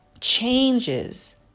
changes